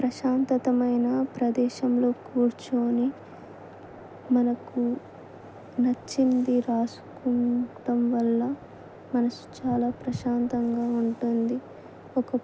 ప్రశాంతమైన ప్రదేశంలో కూర్చొని మనకు నచ్చింది రాసుకోవడం వల్ల మనసు చాలా ప్రశాంతంగా ఉంటుంది ఒక